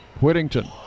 Whittington